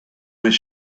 his